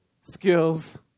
Skills